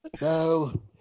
no